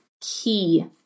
key